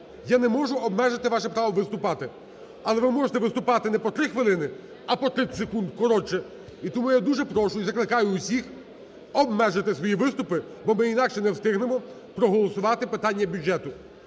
я не можу обмежити ваше право виступати, але ви можете виступати не по три хвилини, а по 30 секунд, коротше, і тому я дуже прошу, і закликаю всіх обмежити свої виступи, бо ми інакше не встигнемо проголосувати питання бюджету.